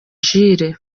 jules